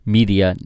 Media